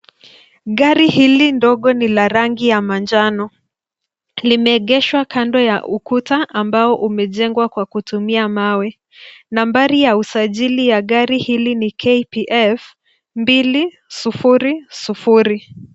Gari hili ndogo ni la rangi ya manjano. Limeegeshwa kando ya ukuta ambao umejengwa kwa kutumia mawe. Nambari ya usajili ya gari hili ni KPF 200.